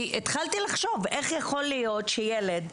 כי התחלתי לחשוב איך יכול להיות שילד,